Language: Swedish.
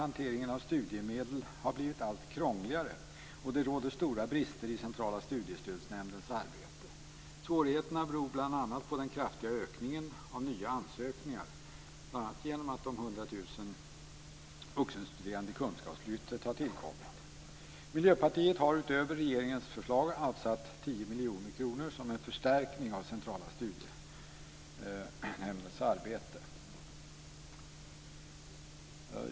Hanteringen av studiemedel har blivit allt krångligare, och det råder stora brister i Centrala studiestödsnämndens arbete. Svårigheterna beror delvis på den kraftiga ökningen av nya ansökningar, bl.a. genom att de 100 000 vuxenstuderande i kunskapslyftet har tillkommit. Miljöpartiet har utöver regeringens förslag avsatt 10 miljoner kronor som en förstärkning av Centrala studiestödsnämndens arbete.